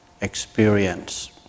experience